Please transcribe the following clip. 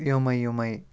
یمے یمے